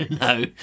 No